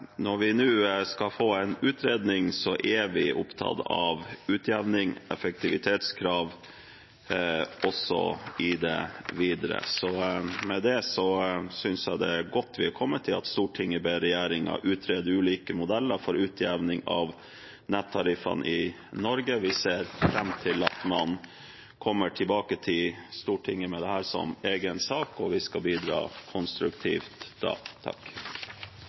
Når vi nå skal få en utredning, er vi opptatt av utjevning og effektivitetskrav også videre. Med det synes jeg det er godt vi er kommet til at Stortinget ber regjeringen utrede ulike modeller for utjevning av nettariffene i Norge. Vi ser fram til at man kommer tilbake til Stortinget med dette som egen sak, og vi skal bidra konstruktivt da.